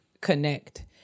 connect